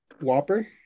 Whopper